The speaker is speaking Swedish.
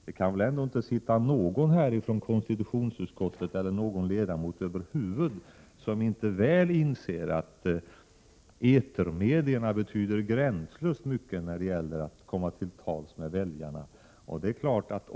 Det kan väl ändå inte finnas någon ledamot i konstitutionsutskottet eller någon riksdagsledamot över huvud taget som inte väl inser att etermedierna betyder gränslöst mycket när det gäller att komma till tals med väljarna.